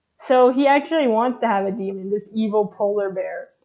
so he actually wants to have a daemon, this evil polar bear,